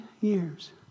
years